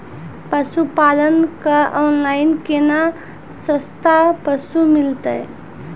पशुपालक कऽ ऑनलाइन केना सस्ता पसु मिलतै?